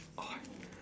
!oi!